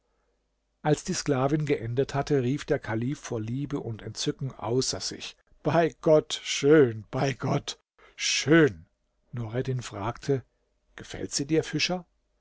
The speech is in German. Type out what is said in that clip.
als die sklavin geendet hatte rief der kalif vor liebe und entzücken außer sich bei gott schön bei gott schön nureddin fragte gefällt sie dir fischer